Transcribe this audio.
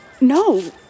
no